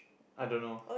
I don't know